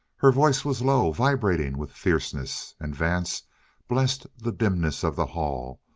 her voice was low, vibrating with fierceness. and vance blessed the dimness of the hall,